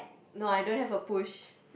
no I don't have a push